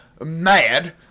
mad